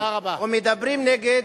או מדברים נגד,